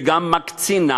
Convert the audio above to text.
וגם מקצינה